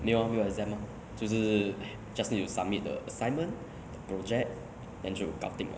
没有没有 exam ah 就是 eh just need to submit the assignment the project and 就有搞定的